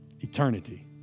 eternity